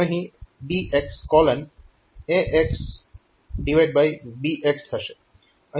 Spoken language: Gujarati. અહીં DXAX BX થશે